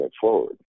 forward